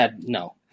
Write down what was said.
No